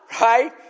right